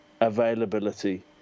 availability